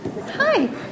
Hi